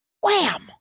wham